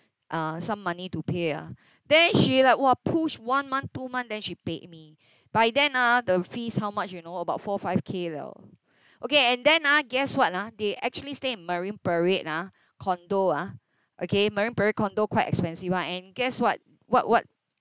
uh some money to pay ah then she like !wah! push one month two month then she paid me by then ah the fees how much you know about four or five K liao okay and then ah guess what ah they actually stay in marine parade ah condo ah okay marine parade condo quite expensive [one] and guess what what what